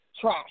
trash